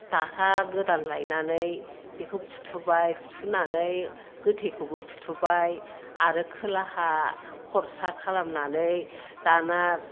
Dahra गोदान लायनानै बेखौ फुथुबाय फुथुनानै गोथैखौबो फुथुबाय आरो खोलाहा खर'सा खालामनानै दाना